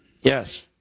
Yes